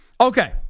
Okay